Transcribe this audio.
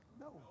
No